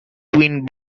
twin